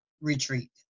retreat